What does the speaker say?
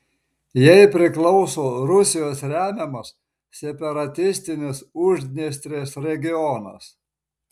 jai priklauso rusijos remiamas separatistinis uždniestrės regionas